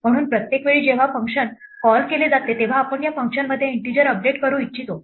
म्हणून प्रत्येक वेळी जेव्हा फंक्शन कॉल केले जाते तेव्हा आपण या फंक्शनमध्ये इन्टिजर अपडेट करू इच्छितो